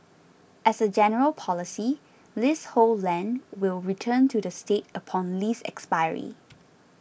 as a general policy leasehold land will return to the state upon lease expiry